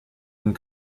and